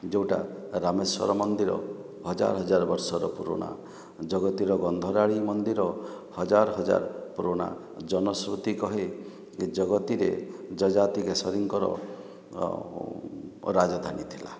ଯେଉଁଟା ରାମେଶ୍ୱର ମନ୍ଦିର ହଜାର ହଜାର ବର୍ଷର ପୁରୁଣା ଜଗତିର ଗନ୍ଧରାଡ଼ି ମନ୍ଦିର ହଜାର ହଜାର ପୁରୁଣା ଜନଶ୍ରୁତି କହେ କି ଜଗତିରେ ଯଯାତିକେଶରୀଙ୍କର ରାଜଧାନୀ ଥିଲା